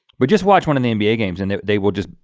we just watched one of the nba games and they will just,